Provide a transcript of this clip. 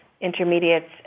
intermediates